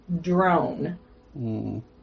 drone